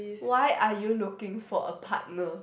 why are you looking for a partner